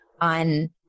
on